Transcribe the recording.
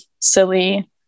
silly